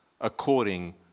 according